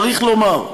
צריך לומר,